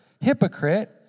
hypocrite